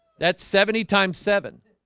that's seventy times seven